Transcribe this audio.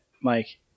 Mike